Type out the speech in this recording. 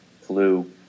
flu